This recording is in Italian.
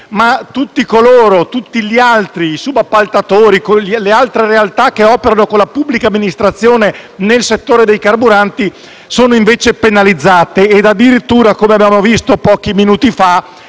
di sei mesi, ma tutti gli altri, i subappaltatori e le altre realtà che operano con la pubblica amministrazione nel settore dei carburanti, sono penalizzati e, addirittura, come abbiamo visto pochi minuti fa,